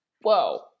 whoa